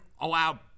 allowed